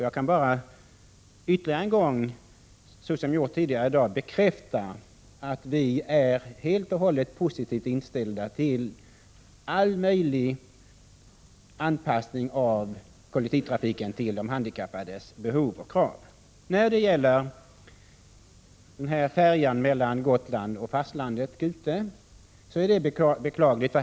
Jag kan bara än en gång försäkra — jag har gjort det tidigare i dag — att vi är helt och hållet positivt inställda till all möjlig anpassning av kollektivtrafiken till de handikappades krav och behov. Vad som har skett när det gäller färjan Gute mellan Gotland och fastlandet är beklagligt.